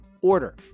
order